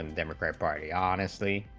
um democrat party honestly